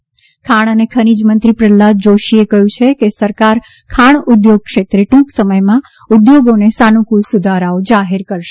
પ્રહ્લાદ જોશી ખાણ અને ખનીજ મંત્રી પ્રહલાદ જોશીએ કહ્યું છે કે સરકાર ખાણ ઉદ્યોગ ક્ષેત્રમાં ટ્રંક સમયમાં ઉદ્યોગને સાનુકૂળ સુધારાઓ જાહેર કરશે